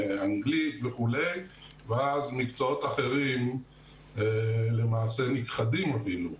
לאנגלית וכולי ואז מקצועות אחרים למעשה אפילו נכחדים.